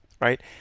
Right